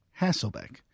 Hasselbeck